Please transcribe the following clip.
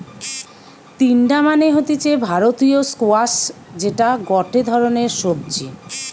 তিনডা মানে হতিছে ভারতীয় স্কোয়াশ যেটা গটে ধরণের সবজি